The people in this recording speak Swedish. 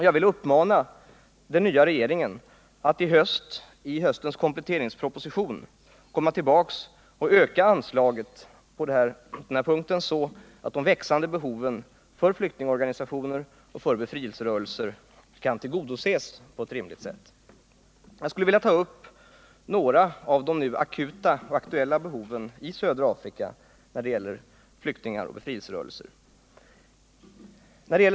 Jag vill uppmana den nya regeringen att i höstens kompletteringsproposition komma tillbaka till riksdagen och föreslå ett ökat anslag på denna punkt, så att de växande behoven för flyktingorganisationer och befrielserörelser kan tillgodoses på ett rimligt sätt. Jag skulle vilja beröra några av de aktuella och nu akuta behoven när det gäller flyktingar och befrielserörelser i södra Afrika.